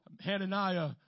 Hananiah